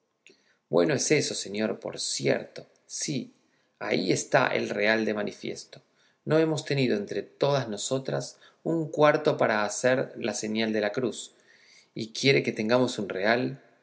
bueno es eso señor por cierto sí ahí está el real de manifiesto no hemos tenido entre todas nosotras un cuarto para hacer la señal de la cruz y quiere que tengamos un real